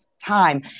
time